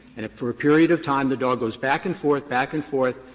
and for a period of time the dog goes back and forth, back and forth,